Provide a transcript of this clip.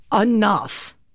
Enough